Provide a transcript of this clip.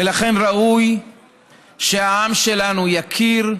ולכן, ראוי שהעם שלנו יכיר,